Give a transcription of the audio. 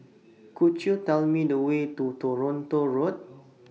Could YOU Tell Me The Way to Toronto Road